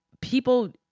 people